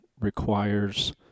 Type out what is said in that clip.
requires